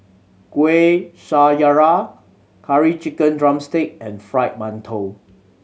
Kueh Syara Curry Chicken drumstick and Fried Mantou